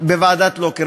ועדת לוקר,